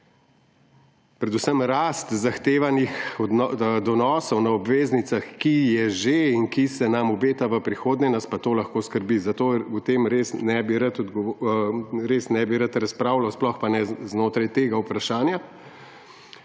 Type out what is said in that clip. predvsem rast zahtevanih donosov na obveznicah, ki je že in ki se nam obeta v prihodnje, nas pa to lahko skrbi, zato o tem res ne bi rad razpravljal, sploh pa ne znotraj tega vprašanja.